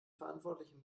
verantwortlichen